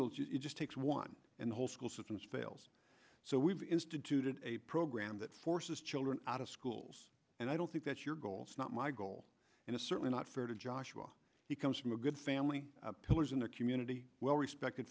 of those it just takes one and the whole school system is fails so we've instituted a program that forces children out of schools and i don't think that's your goal is not my goal and it's certainly not fair to joshua he comes from a good family pillars in the community well respected